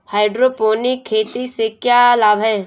Hydroponic खेती से क्या लाभ हैं?